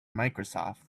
microsoft